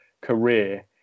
career